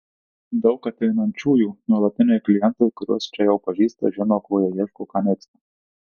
daug ateinančiųjų nuolatiniai klientai kuriuos čia jau pažįsta žino ko jie ieško ką mėgsta